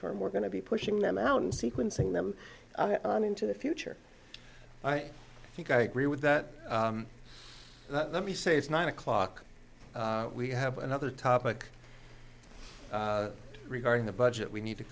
term we're going to be pushing them out and sequencing them into the future i think i agree with that let me say it's nine o'clock we have another topic regarding the budget we need to